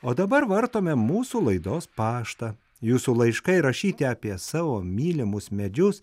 o dabar vartome mūsų laidos paštą jūsų laiškai rašyti apie savo mylimus medžius